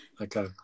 Okay